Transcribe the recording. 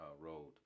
Road